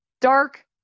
dark